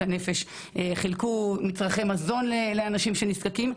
הנפש חילקו מצרכי מזון לאנשים שנזקקים,